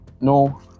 no